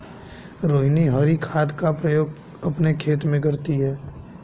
रोहिनी हरी खाद का प्रयोग अपने खेत में करती है